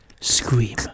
Scream